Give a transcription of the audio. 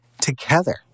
together